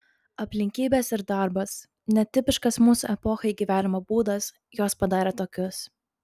aplinkybės ir darbas netipiškas mūsų epochai gyvenimo būdas juos padarė tokius